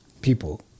people